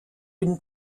une